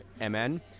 M-N